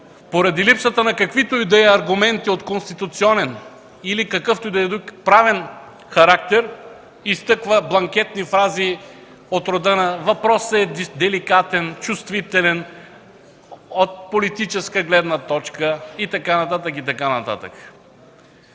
поради липсата на каквито и да е аргументи от конституционен или какъвто и да е друг правен характер, изтъква бланкетни фрази от рода на „въпросът е деликатен, чувствителен от политическа гледна точка” и така нататък,